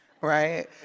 right